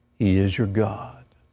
he is your god.